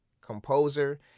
composer